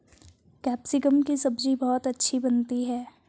capsicum की सब्जी बहुत अच्छी बनती है